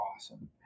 awesome